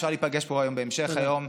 אפשר להיפגש פה היום בהמשך היום.